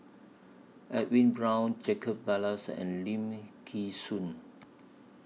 Edwin Brown Jacob Ballas and Lim Nee Soon